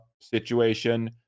situation